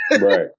right